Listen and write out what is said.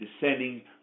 descending